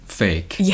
fake